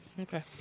Okay